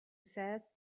says